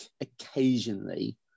occasionally